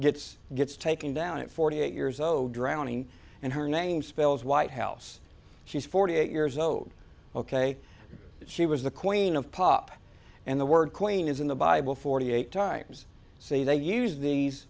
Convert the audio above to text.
gets gets taken down at forty eight years old drowning and her name spells white house she's forty eight years old ok she was the queen of pop and the word queen is in the bible forty eight times say they use these